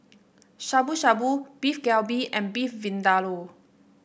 Shabu Shabu Beef Galbi and Beef Vindaloo